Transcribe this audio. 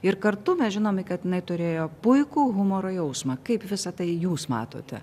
ir kartu mes žinome kad jinai turėjo puikų humoro jausmą kaip visa tai jūs matote